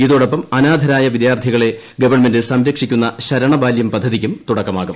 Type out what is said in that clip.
ഇതോടൊപ്പം അനാഥരായ വിദ്യാർത്ഥികളെ ഗവൺമെന്റ് സംരക്ഷിക്കുന്ന് ശരണബാല്യം പദ്ധതിക്കും തുടക്കമാകും